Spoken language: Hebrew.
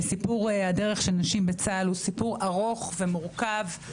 וסיפור הדרך של נשים בצה"ל הוא סיפור ארוך ומורכב,